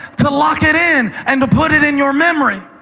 to lock it in and put it in your memory.